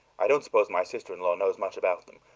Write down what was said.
i don't suppose my sister-in-law knows much about them.